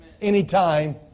anytime